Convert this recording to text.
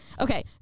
Okay